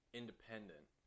independent